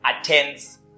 Attends